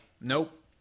nope